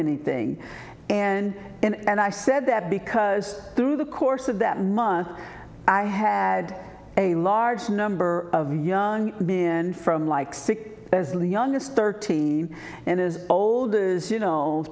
anything and and i said that because through the course of that month i had a large number of young been from like sick in the youngest thirteen and as old as you know